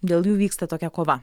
dėl jų vyksta tokia kova